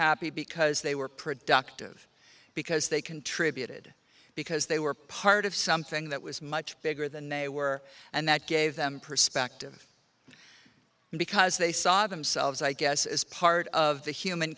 happy because they were productive because they contributed because they were part of something that was much bigger than a were and that gave them perspective because they saw themselves i guess is part of the human